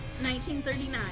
1939